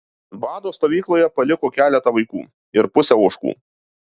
bado stovykloje paliko keletą vaikų ir pusę ožkų